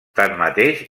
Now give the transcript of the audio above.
tanmateix